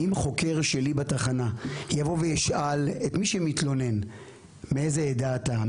אם חוקר שלי בתחנה יבוא וישאל את מי שמתלונן מאיזה עדה אתה,